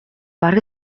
бараг